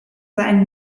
seinen